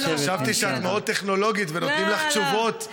חשבתי שאת מאוד טכנולוגית ונותנים לך תשובות מרחוק.